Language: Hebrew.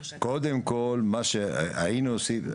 אנחנו קודם כל מה שהיינו עושים,